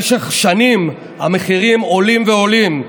במשך שנים המחירים עולים ועולים.